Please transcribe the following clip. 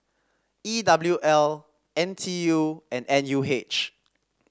E W L N T U and N U H